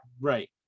Right